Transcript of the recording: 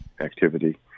activity